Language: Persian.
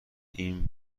این